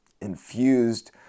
infused